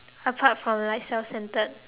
apart from like self centered